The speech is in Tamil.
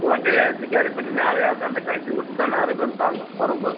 வண்டியில வச்சு கேரி பண்ணினா அது அந்த அந்த கனெக்ஷன் கொடுத்துதானே அது கொஞ்சம் தாங்கும் வரும்போது